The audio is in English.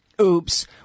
oops